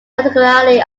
particularly